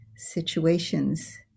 situations